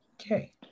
okay